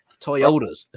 Toyotas